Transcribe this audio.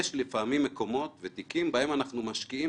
יש לפעמים מקומות ותיקים בהם אנחנו משקיעים